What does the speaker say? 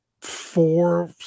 four